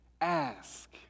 ask